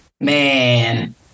Man